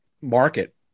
market